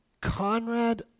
Conrad